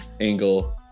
angle